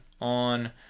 on